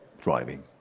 driving